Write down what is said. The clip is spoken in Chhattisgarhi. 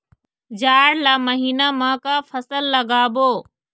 जाड़ ला महीना म का फसल लगाबो?